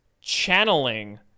channeling